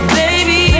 baby